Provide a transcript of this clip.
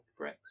brexit